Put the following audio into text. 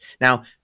Now